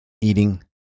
eating